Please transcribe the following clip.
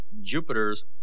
Jupiter's